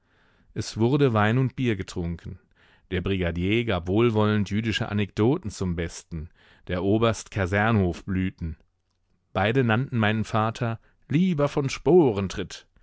es wurde wein und bier getrunken der brigadier gab wohlwollend jüdische anekdoten zum besten der oberst kasernhofblüten beide nannten meinen vater lieber von